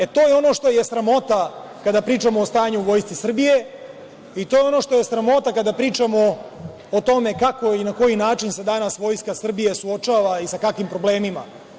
E to je ono što je sramota kada pričamo o stanju u Vojsci Srbije i to je ono što je sramota kada pričamo o tome kako i na koji način se danas Vojska Srbije suočava i sa kakvim problemima.